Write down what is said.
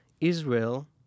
Israel